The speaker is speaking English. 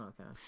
Okay